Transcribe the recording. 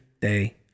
day